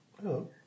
Hello